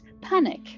panic